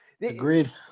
agreed